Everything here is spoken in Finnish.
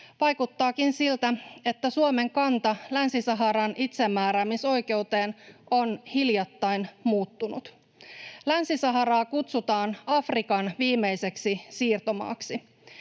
Vaikuttaakin siltä, että Suomen kanta Länsi-Saharan itsemääräämisoikeuteen on hiljattain muuttunut. Länsi-Saharaa kutsutaan Afrikan viimeiseksi siirtomaaksi.